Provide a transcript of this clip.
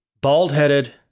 bald-headed